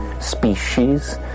species